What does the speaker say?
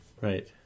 Right